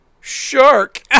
shark